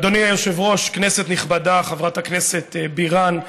אדוני היושב-ראש, כנסת נכבדה, חברת הכנסת בירן,